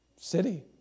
city